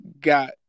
got